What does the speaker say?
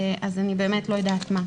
אז אני באמת לא יודעת מה.